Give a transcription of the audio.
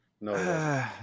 No